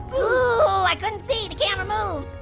ooh, i couldn't see, the camera moved.